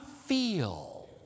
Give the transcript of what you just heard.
feel